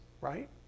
right